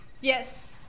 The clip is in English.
Yes